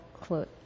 close